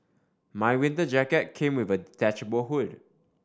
my winter jacket came with a detachable hood